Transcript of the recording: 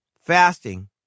fasting